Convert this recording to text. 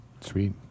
Sweet